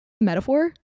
metaphor